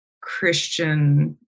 Christian